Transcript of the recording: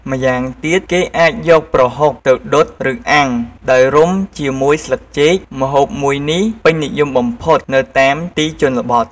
ម្យ៉ាងទៀតគេអាចយកប្រហុកទៅដុតឬអាំងដោយរុំជាមួយស្លឹកចេក ម្ហូបមួយនេះពេញនិយមបំផុតនៅតាមទីជនបទ។